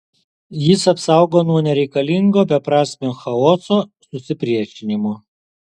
jis apsaugo nuo nereikalingo beprasmio chaoso susipriešinimo